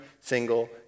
single